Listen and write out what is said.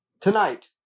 tonight